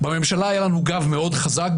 בממשלה היה לנו גב מאוד חזק,